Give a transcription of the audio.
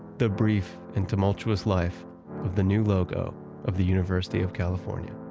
the brief and tumultuous life of the new logo of the university of california.